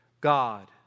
God